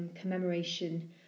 commemoration